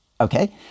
okay